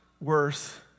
worse